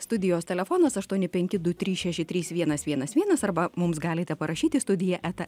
studijos telefonas aštuoni penki du trys šeši trys vienas vienas vienas arba mums galite parašyti studija eta